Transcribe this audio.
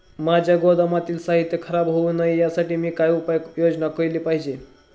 माझ्या गोदामातील साहित्य खराब होऊ नये यासाठी मी काय उपाय योजना केली पाहिजे?